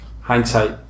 hindsight